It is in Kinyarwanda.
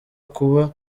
kuba